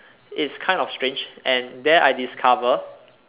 it's kind of strange and there I discover